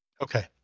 Okay